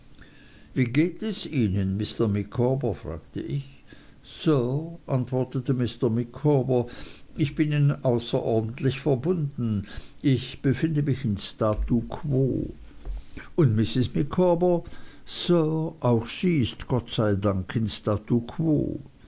wie geht es ihnen mr micawber fragte ich sir antwortete mr micawber ich bin ihnen außerordentlich verbunden ich befinde mich in statu quo und mrs micawber sir auch sie ist gott sei dank